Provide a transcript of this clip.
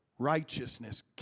Righteousness